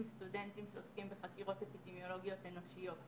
אז גם הנושא הזה